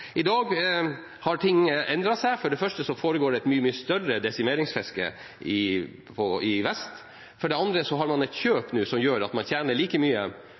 I dag har ting endret seg. For det første foregår et mye større desimeringsfiske i vest. For det andre har man nå et kjøp som gjør at man tjener like mye